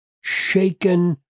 shaken